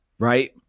Right